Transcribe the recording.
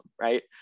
Right